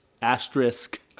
Asterisk